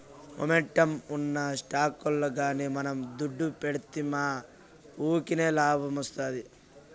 momentum ఉన్న స్టాకుల్ల గానీ మనం దుడ్డు పెడ్తిమా వూకినే లాబ్మొస్తాది